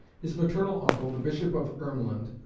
his maternal uncle, the bishop of ermland,